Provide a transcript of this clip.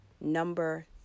number